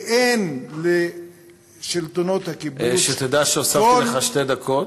אין לשלטונות הכיבוש, שתדע שהוספתי לך שתי דקות.